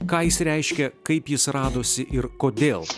ką jis reiškia kaip jis radosi ir kodėl